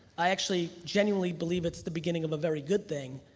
i actually genuinely believe it's the beginning of a very good thing.